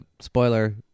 Spoiler